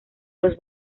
los